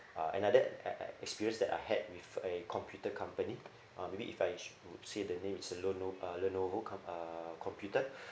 uh another ac~ ac~ experience that I had with a computer company uh maybe if I would say the name it's a leno~ uh Lenovo com~ uh computer